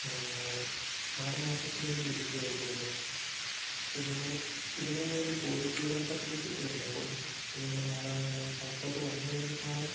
ആറ് മാസത്തിനുള്ളിൽ ലഭിക്കുമായിരിക്കുമല്ലേ പിന്നെ നമ്മൾ ഇതിനു വേണ്ടി പോലീസ് ക്ലീയറിങ് സർട്ടിഫിക്കറ്റ് വേണ്ടേ അപ്പോൾ അതു നമ്മൾ ആട പാസ്പോർട്ട് വന്നു കഴിഞ്ഞിട്ടാണോ